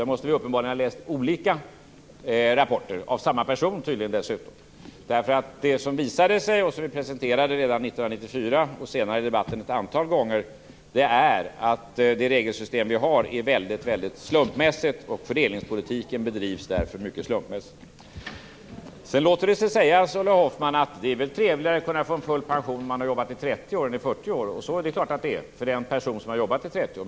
Vi måste uppenbarligen ha läst olika rapporter, dessutom tydligen av samma person. Det som visade sig och som vi presenterade redan 1994 och har gjort senare i debatter ett antal gånger är att det regelsystem vi har är väldigt slumpmässigt. Fördelningspolitiken bedrivs därför mycket slumpmässigt. Sedan låter det sig sägas, Ulla Hoffmann, att det är trevligare att kunna få full pension när man jobbat i 30 år i stället för 40 år. Så är det klart för den som jobbat i 30 år.